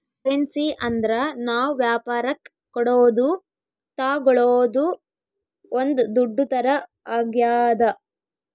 currency ಅಂದ್ರ ನಾವ್ ವ್ಯಾಪರಕ್ ಕೊಡೋದು ತಾಗೊಳೋದು ಒಂದ್ ದುಡ್ಡು ತರ ಆಗ್ಯಾದ